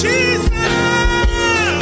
Jesus